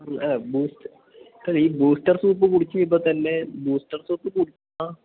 ആ ബൂസ്റ്റ അതെ ഈ ബൂസ്റ്റർ സൂപ്പ് കുടിച്ച് കഴിയുമ്പോൾ തന്നെ ബൂസ്റ്റർ സൂപ്പ് കുടിച്ചാൽ